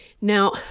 Now